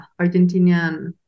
Argentinian